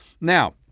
Now